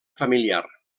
familiar